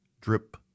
drip